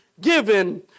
given